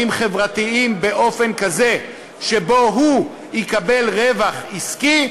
חברתיים באופן שבו הוא יקבל רווח עסקי,